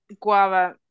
guava